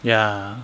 ya